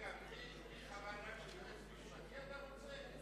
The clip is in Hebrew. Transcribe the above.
רגע, בלי חוות דעת של יועץ משפטי אתה רוצה?